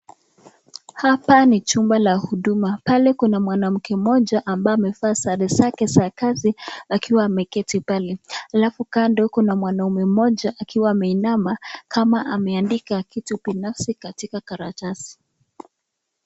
Hapa ni chumba la huduma. Pale kuna mwanamke mmoja ambaye amevaa sare zake za kazi akiwa ameketi pale. Halafu kando kuna mwanaume mmoja akiwa ameinama kama ameandika kitu binafsai katika karatasi.